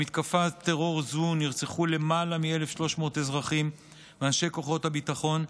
במתקפת טרור זו נרצחו למעלה מ-1,300 אזרחים ואנשי כוחות הביטחון,